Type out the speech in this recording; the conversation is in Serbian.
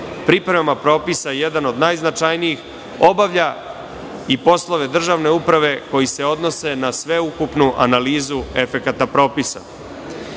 priprema propisa jedan od najznačajnijih obavlja i poslove državne uprave koji se odnose na sveukupnu analizu efekata propisa. Na